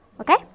Okay